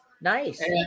Nice